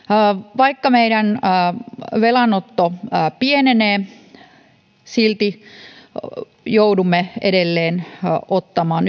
vaikka meidän velanottomme pienenee silti joudumme edelleen ottamaan